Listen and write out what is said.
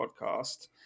podcast